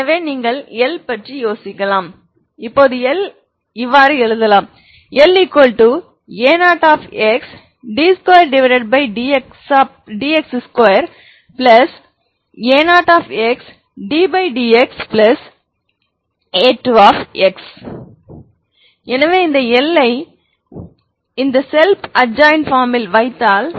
எனவே நீங்கள் L பற்றி யோசிக்கலாம் La0xd2dx2a0xddxa2x எனவே இந்த L ஐ இந்த ஸெல்ப் அட்ஜாயின்ட் பார்ம்ல் வைத்தால்